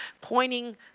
pointing